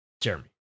Jeremy